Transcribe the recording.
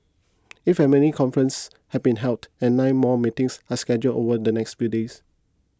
eight family conferences have been held and nine more meetings are scheduled over the next few days